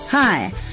Hi